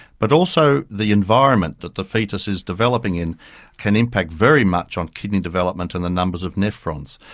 but also the environment that the fetus is developing in can impact very much on kidney development and the numbers of nephrons.